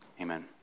Amen